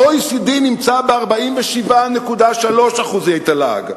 וה-OECD נמצא ב-47.3% מהתל"ג.